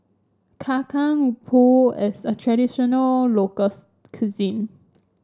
Kacang Pool is a traditional locals cuisine